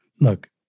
look